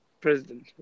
President